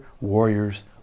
warriors